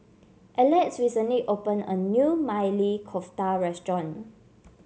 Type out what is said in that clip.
Alex recently opened a new Maili Kofta Restaurant